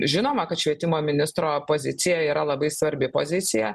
žinoma kad švietimo ministro pozicija yra labai svarbi pozicija